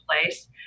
place